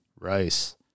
rice